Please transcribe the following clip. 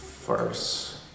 first